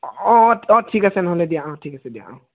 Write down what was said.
অঁ অঁ অঁ ঠিক আছে নহ'লে দিয়া ঠিক আছে দিয়া